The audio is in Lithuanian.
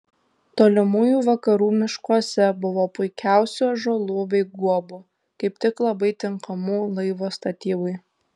tolimųjų vakarų miškuose buvo puikiausių ąžuolų bei guobų kaip tik labai tinkamų laivo statybai